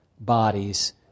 bodies